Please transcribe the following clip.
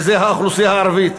שזו האוכלוסייה הערבית.